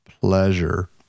pleasure